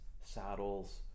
saddles